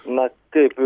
na taip